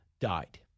died